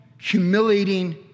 humiliating